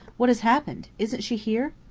what has happened? isn't she here?